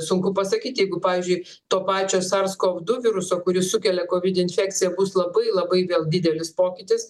sunku pasakyti jeigu pavyzdžiui to pačio sars kov du viruso kuris sukelia covid infekciją bus labai labai vėl didelis pokytis